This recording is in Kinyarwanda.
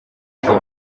ngo